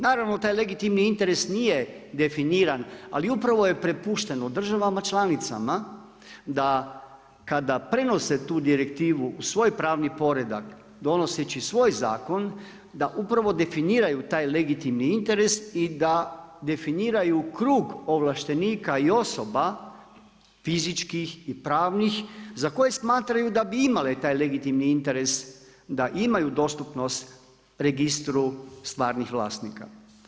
Naravno, taj legitimni interes nije definiran ali upravo je prepušteno državama članicama da kada prenose tu direktivu u svoj pravni poredak, donoseći svoj zakon, da upravo definiraju taj legitimni interes i da definiraju krug ovlaštenika i osoba fizičkih i pravnih za koje smatraju da bi imale taj legitimni interes da imaju dostupnost registru stvarnih vlasnika.